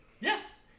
Yes